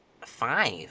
Five